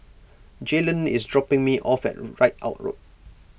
Jaylen is dropping me off at Ridout Road